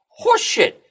Horseshit